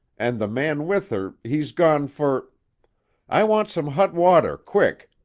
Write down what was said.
and the man with her, he's gone for i want some hot water, quick!